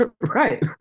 Right